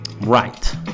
Right